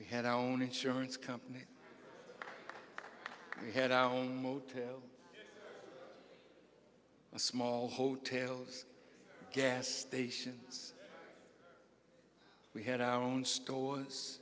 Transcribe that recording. we had our own insurance company we had our own motel small hotels gas stations we had our own stores